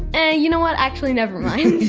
and you know what? actually, never mind